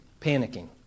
panicking